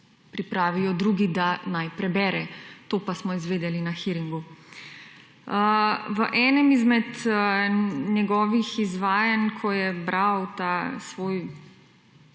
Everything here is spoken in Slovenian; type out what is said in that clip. pripravijo drugi, da naj prebere. To pa smo izvedeli na hearingu. V enem izmed njegovih izvajanj, ko je bral ta svoj